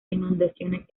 inundaciones